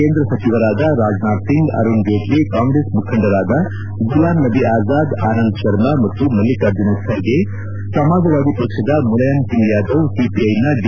ಕೇಂದ್ರ ಸಚಿವರಾದ ರಾಜನಾಥ್ ಸಿಂಗ್ ಆರುಣ್ ಜೇಟ್ಲ ಕಾಂಗ್ರೆಸ್ ಮುಖಂಡರಾದ ಗುಲಾಂ ನಬಿ ಆಜಾದ್ ಆನಂದ್ ಶರ್ಮ ಮತ್ತು ಮಲ್ಲಿಕಾರ್ಜುನ ಖರ್ಗೆ ಸಮಾಜವಾದಿ ಪಕ್ಷದ ಮುಲಾಯಂ ಸಿಂಗ್ ಯಾದವ್ ಸಿಪಿಐನ ಡಿ